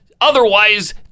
Otherwise